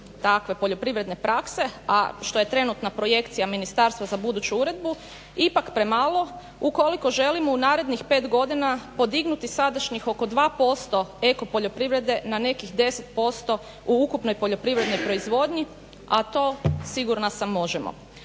takve poljoprivredne prakse, a što je trenutna projekcija ministarstva za buduću uredbu ipak premalo ukoliko želimo u narednih 5 godina podignuti sadašnjih oko 2% eko poljoprivrede na nekih 10% u ukupnoj poljoprivrednoj proizvodnji. A to sigurna sam možemo.